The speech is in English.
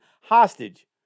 hostage